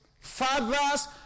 Fathers